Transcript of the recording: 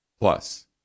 Plus